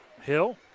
Hill